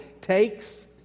takes